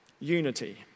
unity